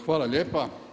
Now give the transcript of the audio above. Hvala lijepo.